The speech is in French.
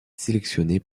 sélectionnées